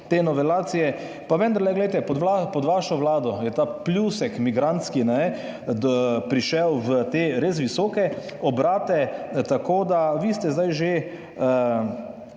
te novelacije, pa vendarle glejte, pod vašo vlado je ta pljusek migrantski prišel v te res visoke obrate, tako da vi ste zdaj že